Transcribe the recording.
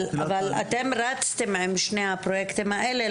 אבל אתם רצתם עם שני הפרוייקטים האלה,